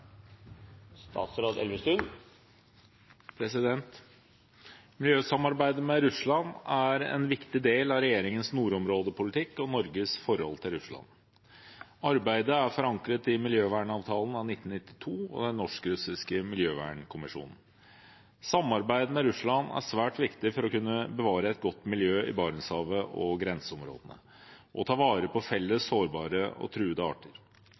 en viktig del av regjeringens nordområdepolitikk og Norges forhold til Russland. Arbeidet er forankret i miljøvernavtalen av 1992 og den norsk-russiske miljøvernkommisjonen. Samarbeid med Russland er svært viktig for å kunne bevare et godt miljø i Barentshavet og i grenseområdene og ta vare på felles sårbare og truede arter.